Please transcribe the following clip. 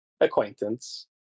Acquaintance